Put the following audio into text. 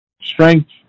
strength